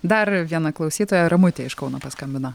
dar viena klausytoja ramutė iš kauno paskambino